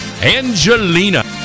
Angelina